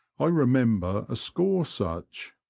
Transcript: i remember a score such.